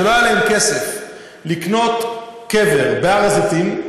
שלא היה להם כסף לקנות קבר בהר הזיתים,